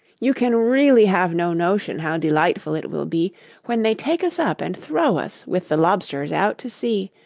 you can really have no notion how delightful it will be when they take us up and throw us, with the lobsters, out to sea!